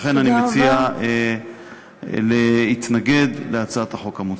לכן אני מציע להתנגד להצעת החוק המוצעת.